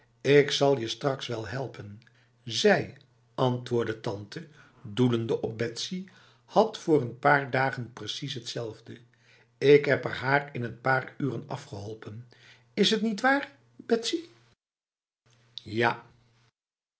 ik zal je straks wel helpen zij antwoordde tante doelende op betsy had voor een paar dagen precies hetzelfde ik heb er haar in een paar uren afgeholpen is het niet waar bets ja